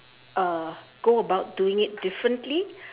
uh go about doing it differently